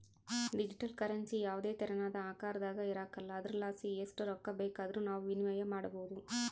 digital currency ಯಾವುದೇ ತೆರನಾದ ಆಕಾರದಾಗ ಇರಕಲ್ಲ ಆದುರಲಾಸಿ ಎಸ್ಟ್ ರೊಕ್ಕ ಬೇಕಾದರೂ ನಾವು ವಿನಿಮಯ ಮಾಡಬೋದು